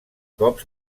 cops